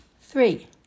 Three